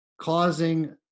causing